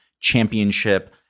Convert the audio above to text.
championship